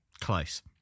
close